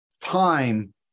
time